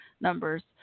numbers